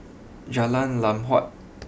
Jalan Lam Huat